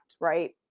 right